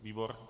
Výbor?